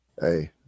hey